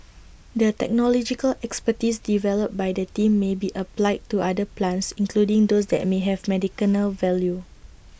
the technological expertise developed by the team may be applied to other plants including those that may have medicinal value